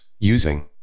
Using